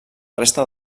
resta